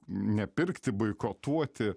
nepirkti boikotuoti